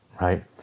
right